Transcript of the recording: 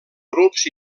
grups